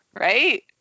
right